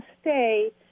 stay